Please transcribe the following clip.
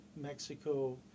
Mexico